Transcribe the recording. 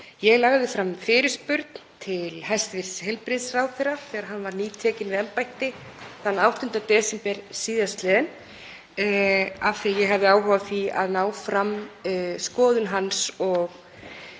Ég lagði fram fyrirspurn til hæstv. heilbrigðisráðherra þegar hann var nýtekinn við embætti þann 8. desember síðastliðinn af því ég hafði áhuga á því að ná fram skoðun hans og